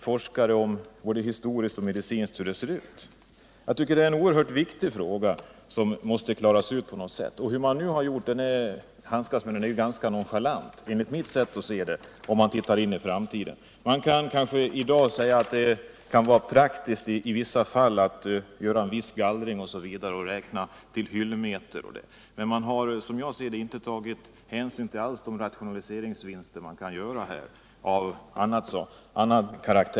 Det gäller att både historiskt och medicinskt få fram hur det ser ut. Det är en oerhört viktig fråga som måste klaras ut på något sätt. Enligt mitt sätt att se har man handskats med den ganska nonchalant. I dag kan man kanske säga att det i vissa fall kan vara praktiskt att göra en viss gallring och räkna med hyllmeter. Som jag ser det har man inte tagit hänsyn till de rationaliseringsvinster av annan karaktär som man kan göra.